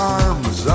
arms